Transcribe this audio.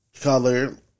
color